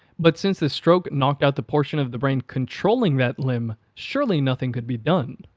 but since the stroke knocked out the portion of the brain controlling that limb, surely nothing could be done.